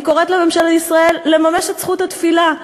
אני קוראת לממשלת ישראל לממש את זכות התפילה.